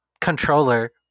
controller